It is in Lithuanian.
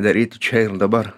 daryti čia ir dabar